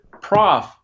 prof